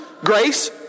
grace